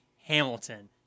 hamilton